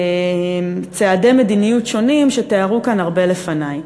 צעדי מדיניות שונים שתיארו כאן הרבה לפני.